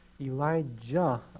Elijah